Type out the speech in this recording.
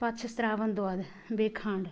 پتہٕ چھِس ترٛاوان دۄدھ بیٚیہِ کھَنٛڈ